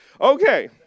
Okay